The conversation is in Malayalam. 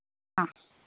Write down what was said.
ആ